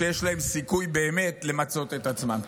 שיש להם סיכוי באמת למצות את עצמם.